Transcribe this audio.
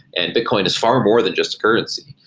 and bitcoin is far more than just a currency.